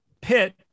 Pitt